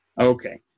Okay